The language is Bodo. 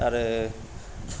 आरो